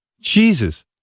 Jesus